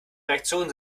reaktionen